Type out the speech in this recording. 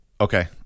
Okay